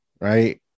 right